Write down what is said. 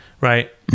Right